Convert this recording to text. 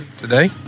today